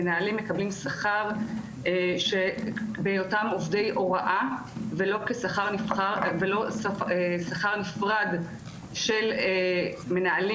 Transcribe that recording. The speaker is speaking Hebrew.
מנהלים מקבלים שכר בהיותם עובדי הוראה ולא כשכר נפרד של מנהלים,